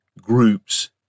groups